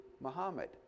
Muhammad